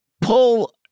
pull